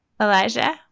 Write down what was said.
Elijah